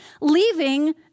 leaving